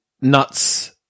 nuts